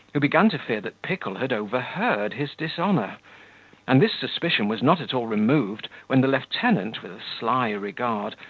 who began to fear that pickle had overheard his dishonour and this suspicion was not at all removed when the lieutenant, with a sly regard,